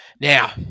Now